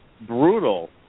brutal